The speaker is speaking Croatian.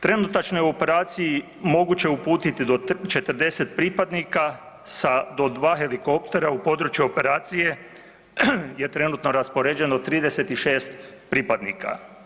Trenutačno je u operaciji moguće uputiti do 40 pripadnika sa do 2 helikoptera u području operacije je trenutno raspoređeno 36 pripadnika.